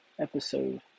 episode